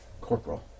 corporal